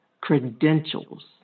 credentials